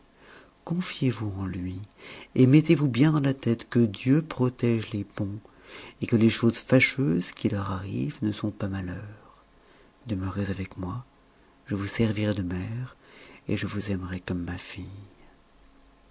confiez-vous en lui et mettez-vous bien dans la tête que dieu protège les bons et que les choses fâcheuses qui leur arrivent ne sont pas malheurs demeurez avec moi je vous servirai de mère et je vous aimerai comme ma fille